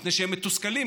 מפני שהם מתוסכלים,